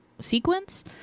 sequence